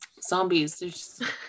zombies